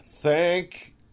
Thank